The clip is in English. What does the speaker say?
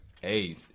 hey